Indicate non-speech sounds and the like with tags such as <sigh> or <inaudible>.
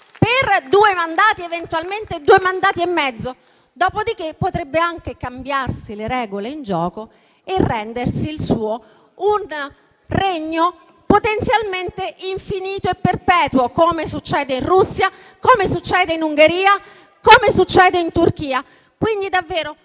per due mandati, eventualmente due mandati e mezzo. <applause> Dopodiché, questa potrebbe anche cambiarsi le regole in gioco e rendere il suo un regno potenzialmente infinito e perpetuo, come succede in Russia, come succede in Ungheria, come succede in Turchia. Non andate,